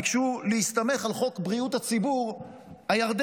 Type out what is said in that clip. ביקשו להסתמך על חוק בריאות הציבור הירדני.